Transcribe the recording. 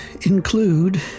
include